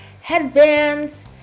headbands